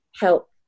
help